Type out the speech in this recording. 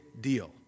deal